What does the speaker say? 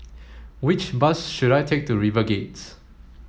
which bus should I take to RiverGate